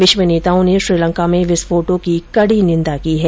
विश्व नेताओं ने श्रीलंका में विस्फोटों की कड़ी निंदा की है